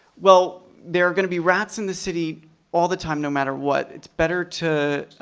well, there are gonna be rats in the city all the time, no matter what, it's better to